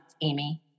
Amy